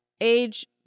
age